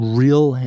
real